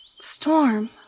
Storm